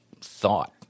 thought